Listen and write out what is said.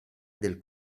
del